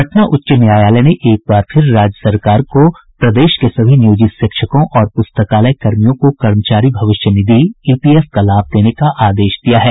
पटना उच्च न्यायालय ने एक बार फिर राज्य सरकार को प्रदेश के सभी नियोजित शिक्षकों और प्रस्तकालय कर्मियों को कर्मचारी भविष्य निधि ईपीएफ का लाभ देने का आदेश दिया है